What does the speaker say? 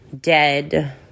dead